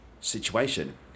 situation